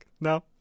No